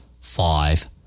Five